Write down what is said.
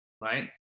right